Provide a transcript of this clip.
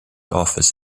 office